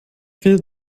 finde